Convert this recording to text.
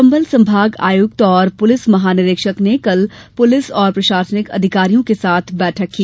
चंबल संभाग आयुक्त और पुलिस महानिरीक्षक ने कल पुलिस और प्रशासनिक अधिकारियों के साथ बैठक की